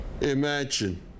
Imagine